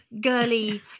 girly